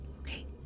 Okay